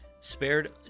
Spared